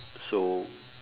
so